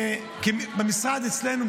במשרד אצלנו,